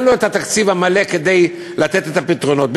אין לו התקציב המלא כדי לתת את הפתרונות.